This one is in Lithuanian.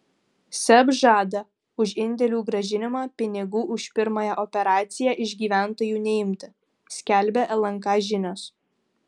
seb žada už indėlių grąžinimą pinigų už pirmąją operaciją iš gyventojų neimti skelbia lnk žinios